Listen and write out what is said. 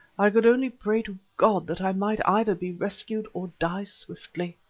i could only pray to god that i might either be rescued or die swiftly.